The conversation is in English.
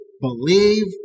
believe